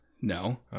no